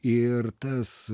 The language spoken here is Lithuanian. ir tas